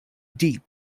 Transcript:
deep